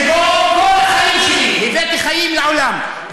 שבו כל החיים שלי הבאתי חיים לעולם,